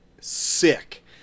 Sick